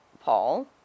Paul